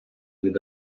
від